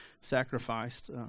sacrificed